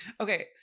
okay